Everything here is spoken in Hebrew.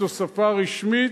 זו שפה רשמית,